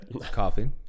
coffee